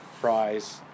fries